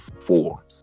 four